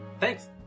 Thanks